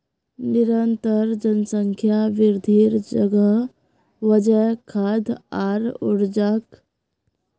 निरंतर जनसंख्या वृद्धिर वजह खाद्य आर ऊर्जाक पूरा करवार त न कृषि विस्तारेर जरूरत ह छेक